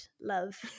love